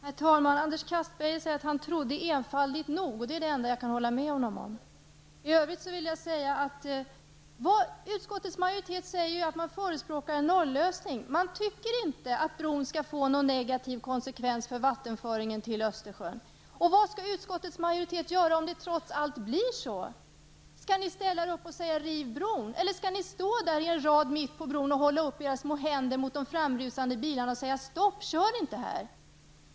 Herr talman! Anders Castberger sade att han nog trodde enfaldigt -- och det är det enda som jag kan hålla med honom om. Utskottets majoritet säger att man förespråkar en noll-lösning. Man tycker inte att bron skall få någon negativ konsekvens för vattenföringen till Östersjön. Vad skall utskottets majoritet göra om det trots allt blir så? Skall ni ställa er upp och säga: Riv bron! Eller skall ni stå där i rad mitt på bron och hålla upp era små händer mot de framrusande bilarna och säga: Stopp, kör inte här!